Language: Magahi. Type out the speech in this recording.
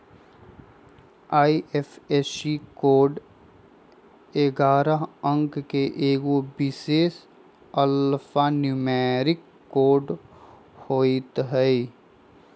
आई.एफ.एस.सी कोड ऐगारह अंक के एगो विशेष अल्फान्यूमैरिक कोड होइत हइ